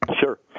Sure